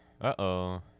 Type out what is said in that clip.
Uh-oh